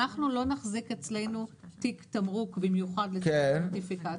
אנחנו לא נחזיק אצלנו תיק תמרוק במיוחד לנושא נוטיפיקציה,